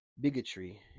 bigotry